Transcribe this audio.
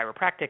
chiropractic